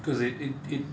because it it it